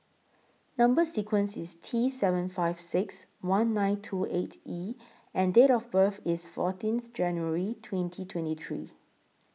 Number sequence IS T seven five six one nine two eight E and Date of birth IS fourteenth January twenty twenty three